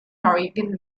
norwegian